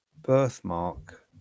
birthmark